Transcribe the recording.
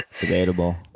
debatable